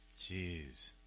jeez